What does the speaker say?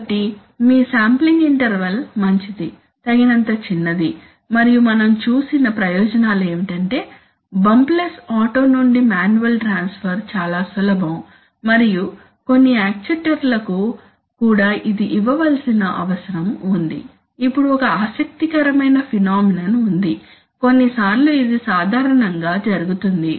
కాబట్టి మీ sampling interval మంచిది తగినంత చిన్నది మరియు మనం చూసిన ప్రయోజనాలు ఏమిటంటే బంప్లెస్ ఆటో నుండి మాన్యువల్ ట్రాన్స్ఫర్ చాలా సులభం మరియు కొన్ని యక్చుయేటర్లకు కూడా ఇది ఇవ్వవలసిన అవసరం ఉంది ఇప్పుడు ఒక ఆసక్తికరమైన ఫెనొమెనొన్ ఉంది కొన్నిసార్లు ఇది సాధారణంగా జరుగుతుంది